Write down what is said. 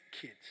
kids